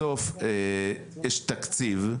בסוף יש תקציב,